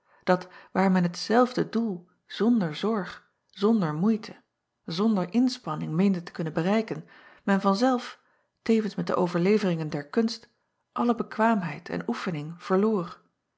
dat waar men hetzelfde doel zonder zorg zonder moeite zonder inspanning meende te kunnen bereiken men van zelf tevens met de overleveringen der kunst alle bekwaamheid en oefening verloor